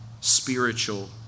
spiritual